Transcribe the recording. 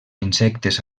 insectes